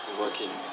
working